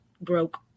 broke